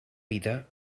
vida